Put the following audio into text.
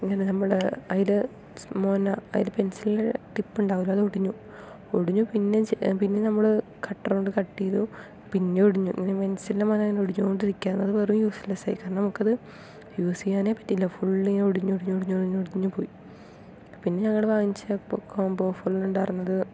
ഇങ്ങനെ നമ്മൾ അതിൽ മുന അതിൽ പെന്സിലിന്റെ ടിപ്പ് ഉണ്ടാകുമല്ലോ അത് ഒടിഞ്ഞു ഒടിഞ്ഞു പിന്നെ പിന്നെ നമ്മൾ കട്ടർ കൊണ്ട് കട്ട് ചെയ്തു പിന്നേം ഒടിഞ്ഞു ഇങ്ങനെ പെൻസിന്റെ മുന ഇങ്ങനെ ഒടിഞ്ഞുകൊണ്ടിരിക്കുകയാണ് അത് വെറും യൂസ്ലെസ് ആയി കാരണം നമുക്കത് യൂസ് ചെയ്യാനേ പറ്റിയില്ല ഫുള്ളും ഇങ്ങനെ ഒടിഞ്ഞു കൊണ്ട് ഒടിഞ്ഞു ഒടിഞ്ഞു ഒടിഞ്ഞു പോയി പിന്നെ ഞങ്ങൾ വാങ്ങിച്ചത് കോംബോ ഓഫറിൽ ഉണ്ടായിരുന്നത്